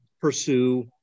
pursue